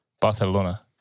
Barcelona